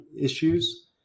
issues